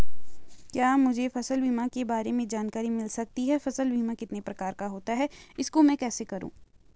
क्या मुझे फसल बीमा के बारे में जानकारी मिल सकती है फसल बीमा कितने प्रकार का होता है इसको मैं कैसे करूँ?